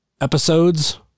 episodes